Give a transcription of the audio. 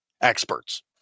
experts